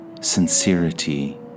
sincerity